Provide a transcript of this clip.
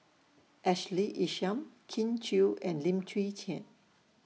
Ashley Isham Kin Chui and Lim Chwee Chian